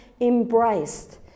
embraced